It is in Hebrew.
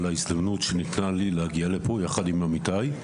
על ההזדמנות שניתנה לי להגיע לפה ביחד עם עמיתיי,